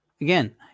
Again